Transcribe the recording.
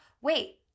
wait